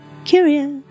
curious